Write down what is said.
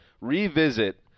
revisit